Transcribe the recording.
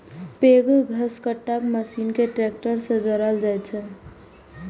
पैघ घसकट्टा मशीन कें ट्रैक्टर सं जोड़ल जाइ छै